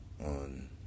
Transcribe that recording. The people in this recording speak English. on